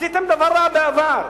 עשיתם דבר רע בעבר,